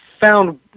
found